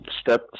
step